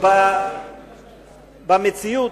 אנחנו נדבר אחר כך, במציאות,